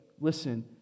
listen